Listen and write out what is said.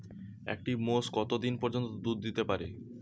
একটি মোষ কত দিন পর্যন্ত দুধ দিতে পারে?